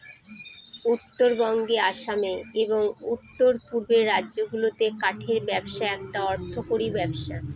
উত্তরবঙ্গে আসামে এবং উত্তর পূর্বের রাজ্যগুলাতে কাঠের ব্যবসা একটা অর্থকরী ব্যবসা